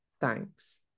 thanks